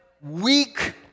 weak